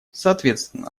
соответственно